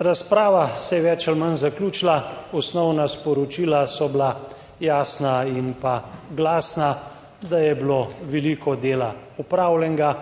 Razprava se je več ali manj zaključila, osnovna sporočila so bila jasna in pa glasna: da je bilo veliko dela opravljenega,